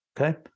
okay